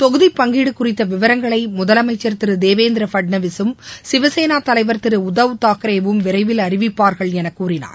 தொகுதி பங்கீடு குறித்த விவரங்களை முதலமைச்சர் திரு தேவேந்திர பட்னாவிஸும் சிவசேனா தலைவர் திரு உத்தவ் தாக்ரேவும் விரைவில் அறிவிப்பார்கள் என கூறினார்